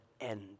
end